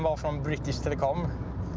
um from british telecom.